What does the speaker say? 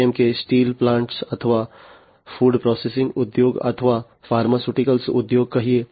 જેમ કે steel plant અથવા ફૂડ પ્રોસેસિંગ ઉદ્યોગ અથવા ફાર્માસ્યુટિકલ્સ ઉદ્યોગ કહીએ